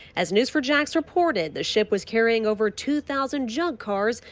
as news four jax reported the ship was carrying over two thousand junk cars.